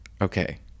Okay